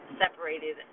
separated